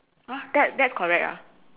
!huh! that that's correct ah